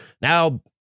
now